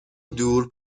دور